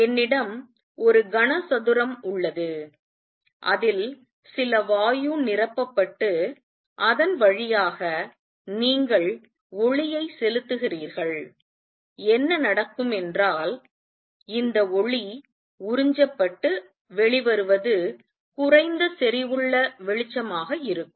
என்னிடம் ஒரு கனசதுரம் உள்ளது அதில் சில வாயு நிரப்பப்பட்டு அதன் வழியாக நீங்கள் ஒளியை செலுத்துகிறீர்கள் என்ன நடக்கும் என்றால் இந்த ஒளி உறிஞ்சப்பட்டு வெளிவருவது குறைந்த செறிவுள்ள வெளிச்சமாக இருக்கும்